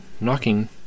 knocking